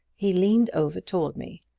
he leaned over toward me.